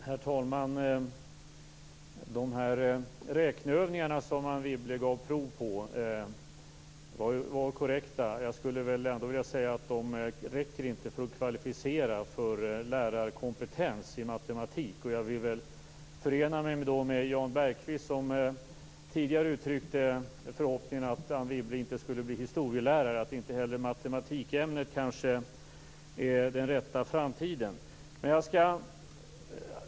Herr talman! De räkneövningar som Anne Wibble gav prov på var korrekta. Jag skulle dock ändå vilja säga att de inte räcker för att kvalificera för lärarkompetens i matematik. Jag vill förena mig med Jan Bergqvist, som tidigare uttryckte förhoppningen att Anne Wibble inte skulle bli historielärare, och säga att kanske inte heller matematikämnet är den rätta framtiden.